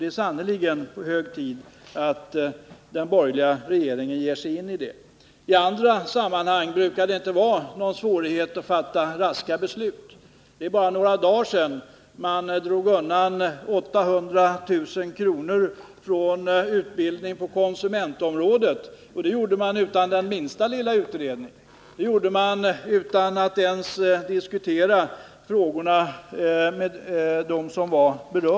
Det är sannerligen hög tid för den borgerliga regeringen att ge sig in i det. I andra sammanhang brukar det inte vara svårt att raskt fatta beslut. Det är bara några dagar sedan man undandrog utbildningen på konsumentområdet 800 000 kr. utan att ha gjort minsta lilla utredning, utan att ens ha diskuterat frågan med berörda parter.